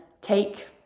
take